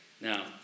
Now